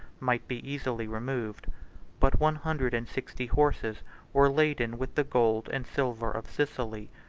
might be easily removed but one hundred and sixty horses were laden with the gold and silver of sicily.